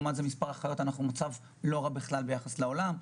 לעומת זאת במספר אחיות אנחנו במצב לא רע בכלל ביחס לעולם.